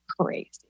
crazy